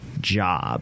job